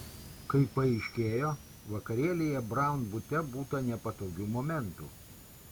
kaip paaiškėjo vakarėlyje braun bute būta nepatogių momentų